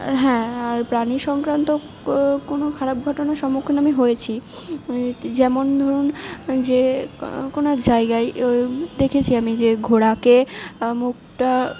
আর হ্যাঁ আর প্রাণী সংক্রান্ত কোনো খারাপ ঘটনার সম্মুখীন আমি হয়েছি যেমন ধরুন যে কোনো এক জায়গায় দেখেছি আমি যে ঘোড়াকে মুখটা